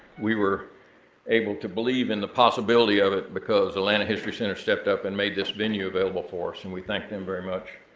we were able to believe in the possibility of it because the atlanta history center stepped up and made this venue available for us, and we thank them very much.